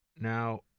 Now